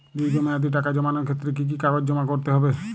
দীর্ঘ মেয়াদি টাকা জমানোর ক্ষেত্রে কি কি কাগজ জমা করতে হবে?